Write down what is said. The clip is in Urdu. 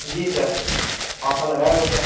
جی سر آفر لگائے بیٹھے ہیں